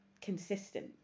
consistent